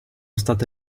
state